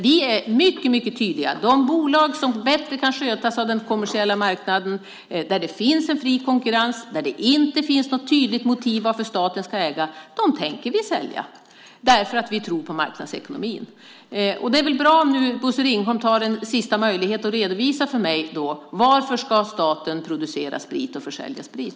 Vi är mycket tydliga: Vi tänker sälja de bolag som bättre kan skötas av den kommersiella marknaden där det finns en fri konkurrens och där det inte finns något tydligt motiv för att staten ska äga dem. Vi tror nämligen på marknadsekonomin. Det är väl bra om Bosse Ringholm nu utnyttjar den sista möjligheten att för mig redovisa varför staten ska producera och försälja sprit.